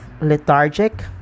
lethargic